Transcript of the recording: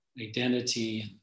identity